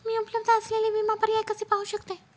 मी उपलब्ध असलेले विमा पर्याय कसे पाहू शकते?